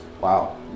Wow